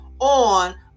on